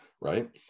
right